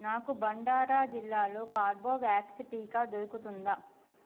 నాకు భండారా జిల్లాలో కోర్బేవాక్స్ టీకా దొరుకుతుందా